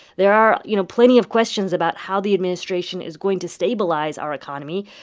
there are, you know, plenty of questions about how the administration is going to stabilize our economy,